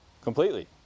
completely